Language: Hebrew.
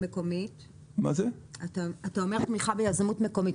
אתה אומר "תמיכה ביזמות מקומית".